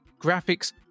graphics